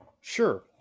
Sure